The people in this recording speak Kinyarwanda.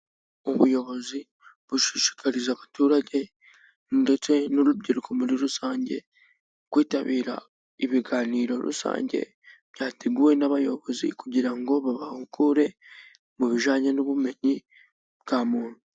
Ubuyobozi bushishikariza abaturage n'urubyiruko muri rusange kwitabira ibiganiro rusange byateguwe n'abayobozi kugira ngo babahugure mu bijyanye n'ubumenyi bwa muntu.